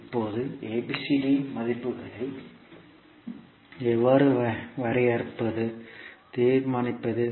இப்போது ABCD யின் மதிப்புகளை எவ்வாறு வரையறுப்பது தீர்மானிப்பது